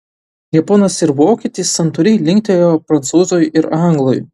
japonas ir vokietis santūriai linktelėjo prancūzui ir anglui